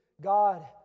God